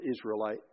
Israelite